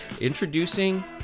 introducing